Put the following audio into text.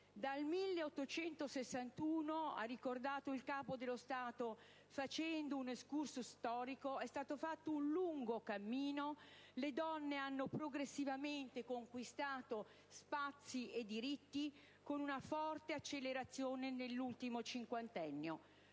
Dal 1861, ha ricordato il Capo dello Stato facendo un *excursus* storico, «è stato fatto un lungo cammino, le donne hanno progressivamente conquistato spazi e diritti, con una forte accelerazione nell'ultimo cinquantennio».